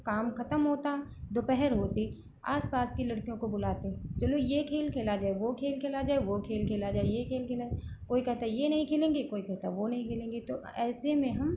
काम ख़त्म होता दोपहर होती आस पास की लड़कियों को बुलाते चलो यह खेल खेला जाए वह खेल खेला जाए वह खेल खेला जाए यह खेल खेला कोई कहता यह नहीं खेलेंगे कोई कहता वह नहीं खेलेंगे तो ऐसे में हम